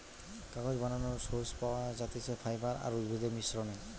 কাগজ বানানোর সোর্স পাওয়া যাতিছে ফাইবার আর উদ্ভিদের মিশ্রনে